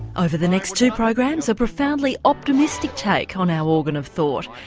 over the next two programs a profoundly optimistic take on our organ of thought.